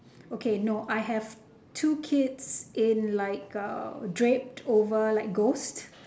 okay no I have two kids in like uh draped over like ghost